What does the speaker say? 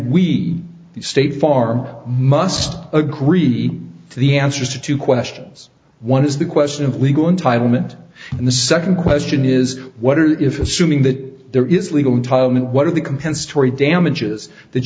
the state farm must agree the answers to two questions one is the question of legal entitlement and the second question is what are if assuming that there is legal entitlement what are the compensatory damages that